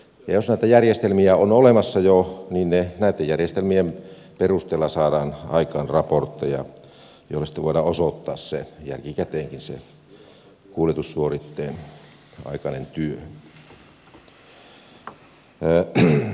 jos näitä järjestelmiä on olemassa jo niin näitten järjestelmien perusteella saadaan aikaan raportteja joilla sitten voidaan osoittaa jälkikäteenkin se kuljetussuoritteen aikainen työ